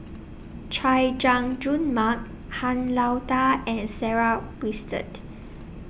Chay Jung Jun Mark Han Lao DA and Sarah Winstedt